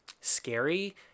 scary